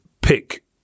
pick